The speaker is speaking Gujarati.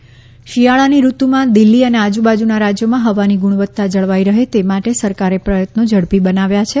પોલ્યુશન સેન્ટ્રલ ટીમ શિયાળાની ઋતુમાં દિલ્હી અને આજુબાજુના રાજ્યોમાં હવાની ગુણવત્તા જળવાઈ રહે તે માટે સરકારે પ્રયત્નો ઝડપી બનાવ્યા છે